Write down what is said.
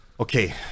Okay